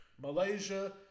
Malaysia